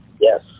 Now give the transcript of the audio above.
Yes